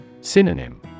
Synonym